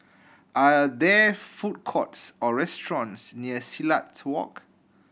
are there food courts or restaurants near Silat Walk